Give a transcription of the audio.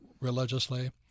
religiously